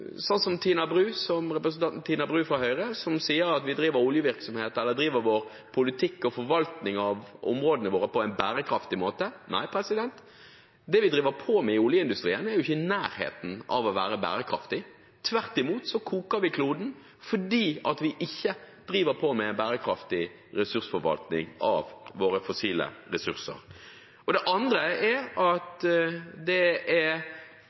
som representanten Tina Bru fra Høyre, som sier at vi driver oljevirksomheten og vår politikk og forvaltning av områdene våre på en bærekraftig måte. Nei, det vi driver med i oljeindustrien, er jo ikke i nærheten av å være bærekraftig. Tvert imot, vi koker kloden, for vi driver ikke med bærekraftig ressursforvaltning av våre fossile ressurser. Det andre er